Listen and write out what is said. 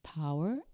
power